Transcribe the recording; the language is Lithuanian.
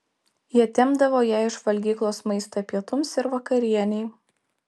jie tempdavo jai iš valgyklos maistą pietums ir vakarienei